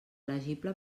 elegible